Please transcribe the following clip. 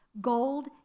gold